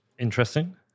Interesting